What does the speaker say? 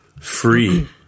free